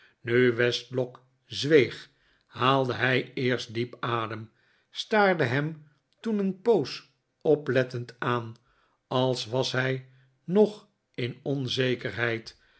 nu westlock zweeg haalde hij eerst diep adem staarde hem toen een poos oplettend aan als was hij nog in onzekerheid